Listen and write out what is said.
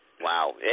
Wow